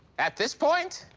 at this point.